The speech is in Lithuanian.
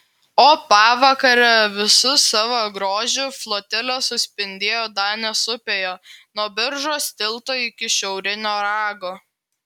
o pavakare visu savo grožiu flotilė suspindėjo danės upėje nuo biržos tilto iki šiaurinio rago